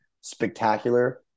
Spectacular